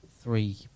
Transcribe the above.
three